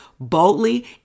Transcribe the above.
Boldly